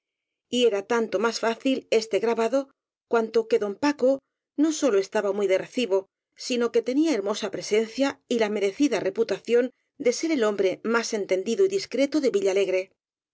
él y era tanto más fácil este grabado cuanto que don paco no sólo estaba muy de recibo sino que tenía hermosa presencia y la merecida reputación de ser el hombre más enten dido y discreto de villalegre